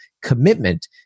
commitment